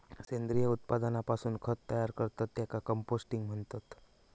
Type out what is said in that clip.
सेंद्रिय उत्पादनापासून खत तयार करतत त्येका कंपोस्टिंग म्हणतत